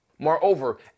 Moreover